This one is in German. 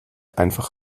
einfach